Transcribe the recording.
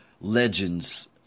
legends